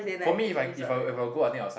for me if I if I'll if I'll go I think will